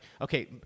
okay